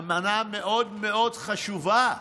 אמנה מאוד מאוד חשובה.